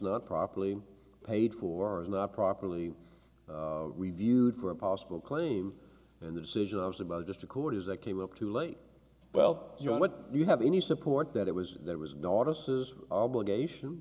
not properly paid for is not properly reviewed for a possible claim and the decision i was about just to court is that came up too late well you know what you have any support that it was there was no offices obligation